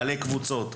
בעלי קבוצות,